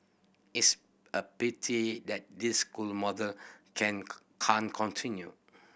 it's a pity that this school model can can't continue